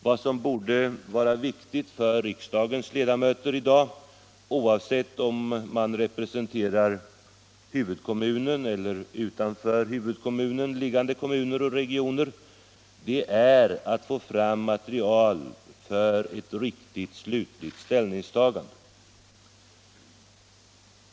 Vad som borde vara viktigt för riksdagens ledamöter i dag, oavsett om man representerar huvudkommunen eller utanför densamma liggande kommuner och regioner, är att få fram material för ett riktigt, slutligt ställningstagande.